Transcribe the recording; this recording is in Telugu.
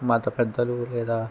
మత పెద్దలు లేదా